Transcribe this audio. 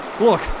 Look